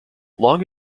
long